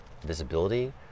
visibility